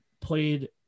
played